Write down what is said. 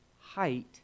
height